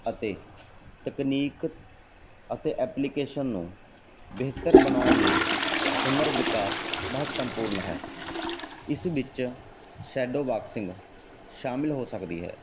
ਅਤੇ ਤਕਨੀਕ ਅਤੇ ਐਪਲੀਕੇਸ਼ਨ ਨੂੰ ਬਿਹਤਰ ਬਣਾਉਣ ਲਈ ਹੁਨਰ ਵਿਕਾਸ ਮਹੱਤਵਪੂਰਨ ਹੈ ਇਸ ਵਿੱਚ ਸ਼ੈਡੋ ਬਾਕਸਿੰਗ ਸ਼ਾਮਲ ਹੋ ਸਕਦੀ ਹੈ